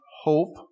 hope